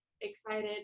excited